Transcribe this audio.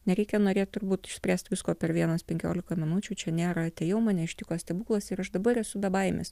nereikia norėt turbūt išspręst visko per vienas penkiolika minučių čia nėra atėjau mane ištiko stebuklas ir aš dabar esu bebaimis